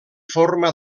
forma